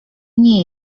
nie